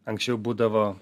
anksčiau būdavo